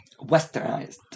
westernized